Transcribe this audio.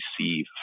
receive